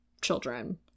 children